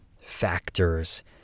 factors